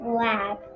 lab